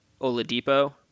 Oladipo